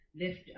lift